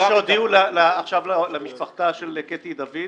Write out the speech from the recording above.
מה שהודיעו עכשיו למשפחתה של קטי דוד,